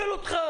לא שאלתי אותך.